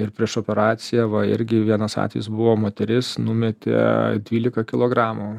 ir prieš operaciją va irgi vienas atvejis buvo moteris numetė dvylika kilogramų